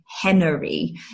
Henry